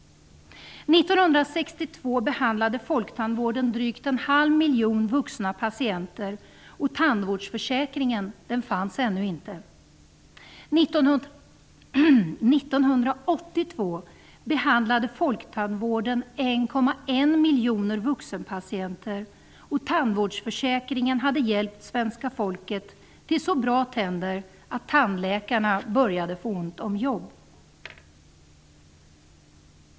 1962 behandlade folktandvården drygt en halv miljon vuxna patienter. Tandvårdsförsäkringen fanns då ännu inte. 1982 behandlade folktandvården 1,1 miljoner vuxenpatienter. Tandvårdsförsäkringen hade hjälpt svenska folket till så bra tänder att tandläkarna började få ont om jobb.